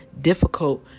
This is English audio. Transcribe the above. difficult